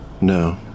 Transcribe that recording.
No